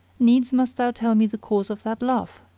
needs must thou tell me the cause of that laugh,